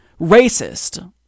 racist